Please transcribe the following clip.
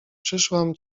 przyszłam